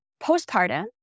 postpartum